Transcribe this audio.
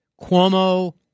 Cuomo